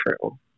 true